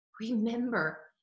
Remember